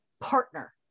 partner